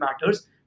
matters